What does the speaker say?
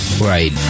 right